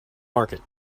market